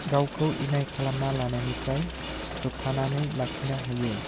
गावखौ इनाय खालामना लानायनिफ्राय होबथानानै लाखिनो हायो